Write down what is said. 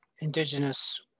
Indigenous